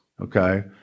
Okay